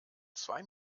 zwei